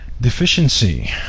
deficiency